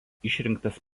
išrinktas